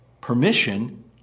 permission